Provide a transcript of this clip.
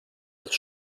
als